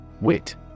WIT